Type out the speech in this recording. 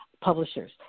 publishers